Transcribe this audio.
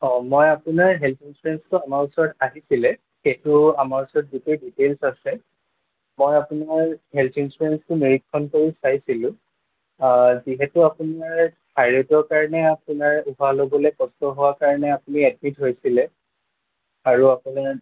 অঁ মই আপোনাৰ হেলথ ইঞ্চুৰেঞ্চটো আমাৰ ওচৰত আহিছিলে সেইটো আমাৰ ওচৰত যিটো ডিটেইলছ আছে মই আপোনাৰ হেলথ ইঞ্চুৰেঞ্চটো নিৰীক্ষণ কৰি চাইছিলোঁ যিহেতু আপোনাৰ থাইৰয়ডৰ কাৰণে আপোনাৰ উশাহ ল'বলৈ কষ্ট হোৱাৰ কাৰণে আপুনি এডমিট হৈছিলে আৰু আপোনাৰ